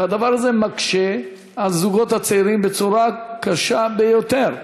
והדבר הזה מקשה על הזוגות הצעירים בצורה קשה ביותר.